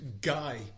guy